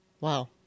Wow